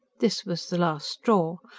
this was the last straw.